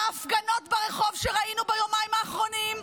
ההפגנות ברחוב שראינו ביומיים האחרונים,